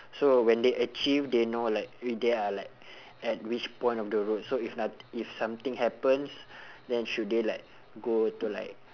so when they achieve they know like if they are like at which point of the route so if not~ if something happens then should they like go to like